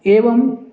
एवं